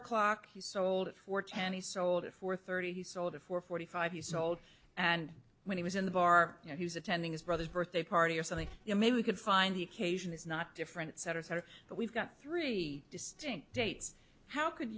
o'clock you sold it for ten he sold it for thirty he sold it for forty five years old and when he was in the bar you know who's attending his brother's birthday party or something you know maybe we could find the occasion is not different sort of sort of but we've got three distinct dates how could